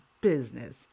business